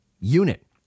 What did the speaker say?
unit